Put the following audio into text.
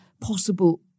possible